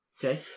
Okay